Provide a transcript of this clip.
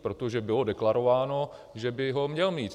Protože bylo deklarováno, že by ho měla mít.